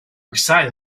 exciting